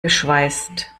geschweißt